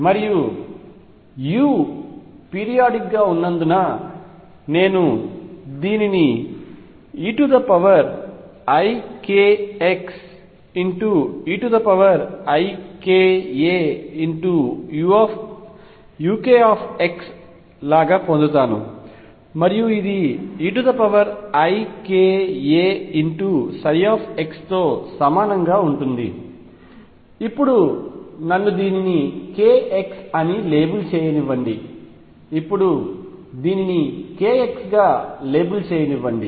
మరియు u periodic గా ఉన్నందున నేను దీనిని eikxeikauk లాగా పొందుతాను మరియు ఇది eikaψ తో సమానంగా ఉంటుంది ఇప్పుడు నన్ను దీనిని k x అని లేబుల్ చేయనివ్వండి ఇప్పుడు దీనిని k x గా లేబుల్ చేయనివ్వండి